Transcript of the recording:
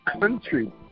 country